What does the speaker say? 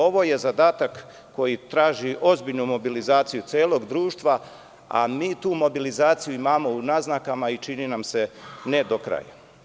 Ovo je zadatak koji traži ozbiljnu mobilizaciju celog društva, a mi tu mobilizaciju imamo u naznakama i čini nam se ne do kraja.